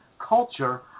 culture